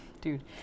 dude